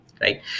Right